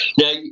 Now